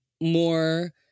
more